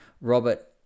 Robert